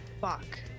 Fuck